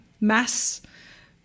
mass